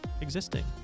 existing